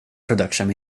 production